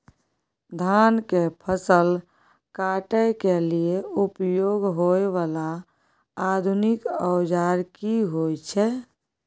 धान के फसल काटय के लिए उपयोग होय वाला आधुनिक औजार की होय छै?